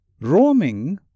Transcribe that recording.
Roaming